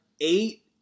eight